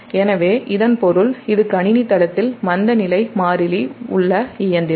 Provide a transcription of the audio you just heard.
எனவே இதன் பொருள் இது கணினி தளத்தில் மந்தநிலை மாறிலி உள்ள இயந்திரம்